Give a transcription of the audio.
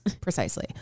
Precisely